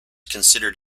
considered